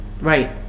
Right